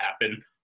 happen